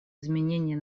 изменения